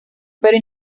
pero